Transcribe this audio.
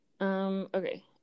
Okay